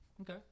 Okay